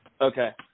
Okay